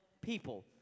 people